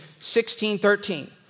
16.13